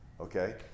Okay